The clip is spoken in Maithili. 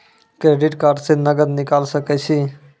क्रेडिट कार्ड से नगद निकाल सके छी?